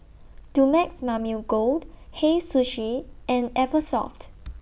Dumex Mamil Gold Hei Sushi and Eversoft